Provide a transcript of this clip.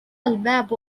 الباب